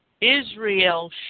Israel